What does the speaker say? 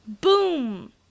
boom